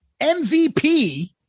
MVP